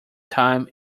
time